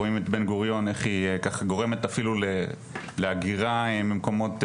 רואים את בן גוריון איך היא גורמת אפילו להגירה ממקומות,